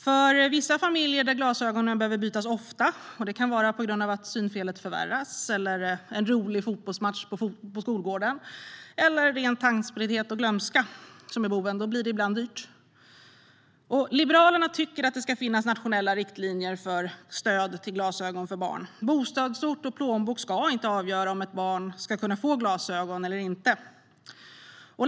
För vissa familjer där glasögonen behöver bytas ofta - det kan vara på grund av att synfelet förvärras, på grund av en rolig fotbollsmatch på skolgården eller på grund av att ren tankspriddhet och glömska är boven - blir det ibland dyrt. Liberalerna tycker att det ska finnas nationella riktlinjer för stöd till glasögon till barn. Bostadsort och plånbok ska inte avgöra om ett barn ska kunna få glasögon eller inte.